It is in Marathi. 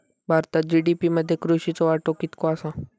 भारतात जी.डी.पी मध्ये कृषीचो वाटो कितको आसा?